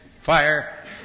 fire